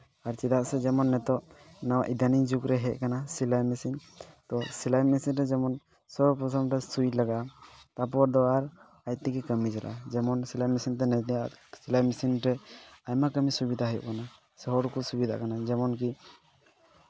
ᱟᱨ ᱪᱮᱫᱟᱜ ᱥᱮ ᱡᱮᱢᱚᱱ ᱱᱤᱛᱳᱜ ᱱᱚᱣᱟ ᱤᱱᱟᱱᱤᱝ ᱡᱩᱜᱽ ᱨᱮ ᱦᱚᱡ ᱠᱟᱱᱟ ᱥᱤᱞᱟᱹᱭ ᱢᱤᱥᱤᱱ ᱛᱚ ᱥᱮᱞᱟᱭ ᱢᱮᱥᱤᱱ ᱨᱮ ᱡᱮᱢᱚᱱ ᱥᱚᱨᱵᱚ ᱯᱨᱚᱛᱷᱚᱢ ᱨᱮ ᱥᱩᱭ ᱞᱟᱜᱟᱜᱼᱟ ᱛᱟᱯᱚᱨ ᱫᱚ ᱟᱨ ᱟᱡᱽ ᱛᱮᱜᱮ ᱠᱟᱹᱢᱤ ᱪᱟᱞᱟᱜᱼᱟ ᱡᱮᱢᱚᱱ ᱥᱮᱞᱟᱭ ᱢᱤᱥᱤᱱ ᱛᱮ ᱱᱤᱛᱳᱜᱼᱟᱜ ᱥᱮᱞᱟᱭ ᱢᱤᱥᱤᱱ ᱛᱮ ᱟᱭᱢᱟ ᱠᱟᱹᱢᱤ ᱥᱩᱵᱤᱫᱟ ᱦᱩᱭᱩᱜ ᱠᱟᱱᱟ ᱥᱮ ᱦᱚᱲ ᱠᱚ ᱥᱩᱵᱤᱫᱟᱜ ᱠᱟᱱᱟ ᱡᱮᱢᱚᱱ ᱠᱤ